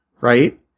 Right